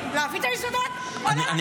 להעביר את המזוודות או לא להעביר את המזוודות?